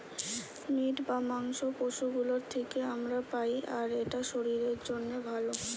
meet বা মাংস পশু গুলোর থিকে আমরা পাই আর এটা শরীরের জন্যে ভালো